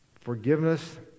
Forgiveness